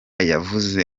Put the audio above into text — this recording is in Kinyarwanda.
yavuze